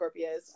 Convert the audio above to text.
Scorpios